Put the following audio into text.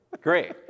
Great